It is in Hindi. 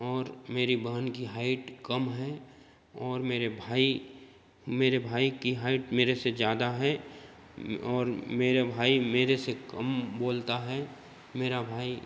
और मेरी बहन की हाईट कम है और मेरे भाई मेरे भाई कि हाईट मेरे से ज़्यादा है और मेरे भाई मेरे से कम बोलता है मेरा भाई